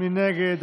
מי נגד?